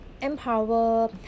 empower